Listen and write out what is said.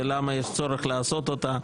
ולמה יש צורך לעשות אותה.